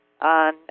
on